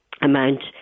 amount